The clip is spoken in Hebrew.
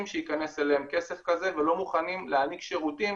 שייכנס אליהם כסף כזה ולא מוכנים להעניק שירותים